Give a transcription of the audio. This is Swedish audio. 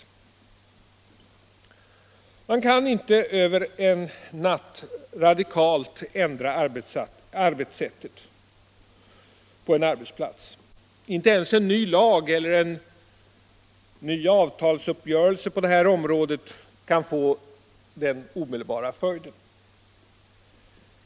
Allmänpolitisk debatt Allmänpolitisk debatt Man kan inte över en natt radikalt ändra arbetssättet på en arbetsplats. Inte ens en ny lag eller en ny avtalsuppgörelse på det här området kan få den omedelbara följden.